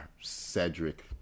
Cedric